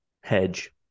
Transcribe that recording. Hedge